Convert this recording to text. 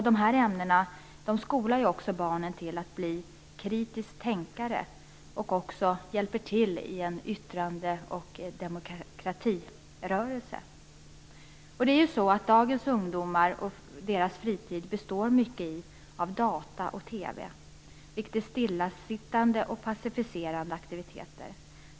De här ämnena skolar också barnen till kritiskt tänkande och hjälper till i en yttrande och demokratirörelse. Dagens ungdomar ägnar mycket av sin fritid åt data och TV, vilket är stillasittande och passiviserande aktiviteter.